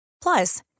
Plus